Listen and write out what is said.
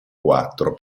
quattro